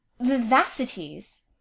vivacities